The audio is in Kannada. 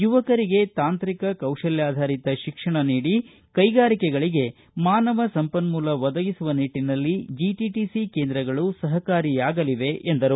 ಯುವಕರಿಗೆ ತಾಂತ್ರಿಕ ಕೌಶಲ್ವಾಧಾರಿತ ತಿಕ್ಷಣ ನೀಡಿ ಕೈಗಾರಿಗಳಿಗೆಗಳಿಗೆ ಮಾನವ ಸಂಪನ್ನೂಲ ಒದಗಿಸುವ ನಿಟ್ಟನಲ್ಲಿ ಜಿಟಿಟು ಕೇಂದ್ರಗಳು ಸಹಕಾರಿಯಾಗಲಿವೆ ಎಂದರು